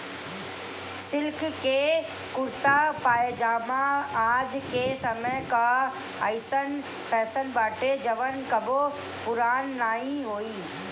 silk के कुरता पायजामा आज के समय कअ अइसन फैशन बाटे जवन कबो पुरान नाइ होई